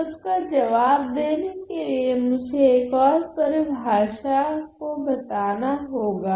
तो इसका जवाब देने के लिए मुझे एक ओर परिभाषा को बताना होगा